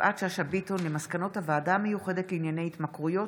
יפעת שאשא ביטון על מסקנות הוועדה המיוחדת לענייני התמכרויות,